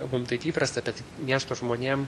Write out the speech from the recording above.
mum taip įprasta bet miesto žmonėm